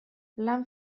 lan